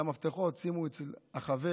את המפתחות שימו אצל החבר,